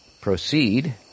proceed